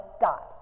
God